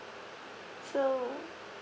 so